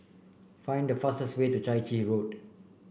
find the fastest way to Chai Chee Road